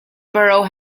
borough